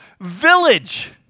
village